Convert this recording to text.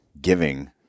giving